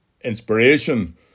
inspiration